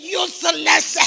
useless